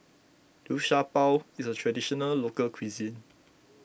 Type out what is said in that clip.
Liu Sha Bao is a Traditional Local Cuisine